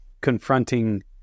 confronting